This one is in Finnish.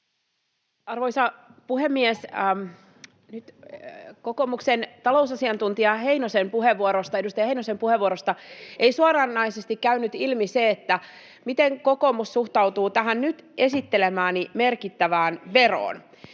Arvoisa puhemies! Nyt kokoomuksen talousasiantuntija, edustaja Heinosen puheenvuorosta [Ben Zyskowicz: Erikoisasiantuntija!] ei suoranaisesti käynyt ilmi se, miten kokoomus suhtautuu tähän nyt esittelemääni merkittävään veroon.